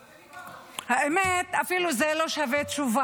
אני אעצור לך את הזמן.